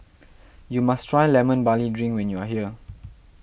you must try Lemon Barley Drink when you are here